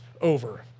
over